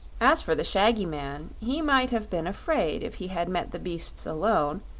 as for the shaggy man, he might have been afraid if he had met the beasts alone,